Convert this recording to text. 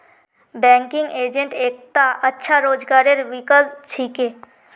banking agent एकता अच्छा रोजगारेर विकल्प छिके